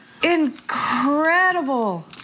Incredible